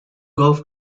golf